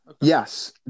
yes